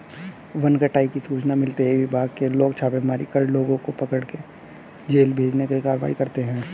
one कटाई की सूचना मिलते ही विभाग के लोग छापेमारी कर लोगों को पकड़े और जेल भेजने की कारवाई करते है